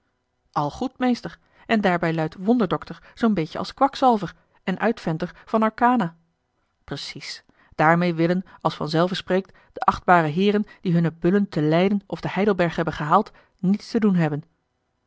al goed meester en daarbij luidt wonderdokter zoo'n beetje als kwakzalver en uitventer van arcana precies daarmeê willen als vanzelve spreekt de achtbare heeren die hunne bullen te leiden of te heidelberg hebben gehaald niets te doen hebben